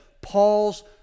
Paul's